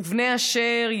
"וּבְנֵי אָשֵׁר,